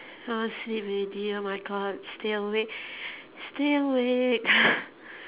I want sleep already oh my god stay awake stay awake